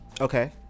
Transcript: okay